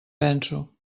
penso